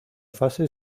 fase